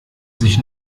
sich